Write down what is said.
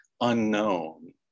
unknown